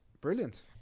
Brilliant